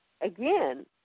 again